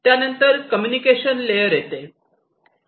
त्यानंतर communication layer येते